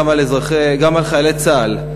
גם על חיילי צה"ל.